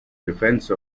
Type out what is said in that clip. defense